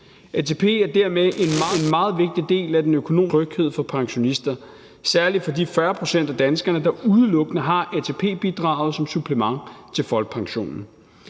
ATP er dermed en meget vigtig del af den økonomiske tryghed for pensionister, særlig for de 40 pct. af danskerne, der udelukkende har ATP-bidraget som supplement til folkepensionen.